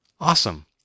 Awesome